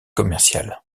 commercial